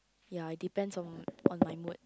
ya it depends on on my mood